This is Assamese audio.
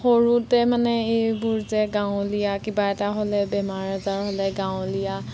সৰুতে মানে এইবোৰ যে গাঁৱলীয়া কিবা এটা হ'লে বেমাৰ আজাৰ হ'লে গাঁৱলীয়া